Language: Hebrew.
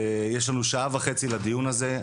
ויש לנו שעה וחצי לדיון הזה,